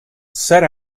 set